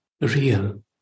real